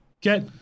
get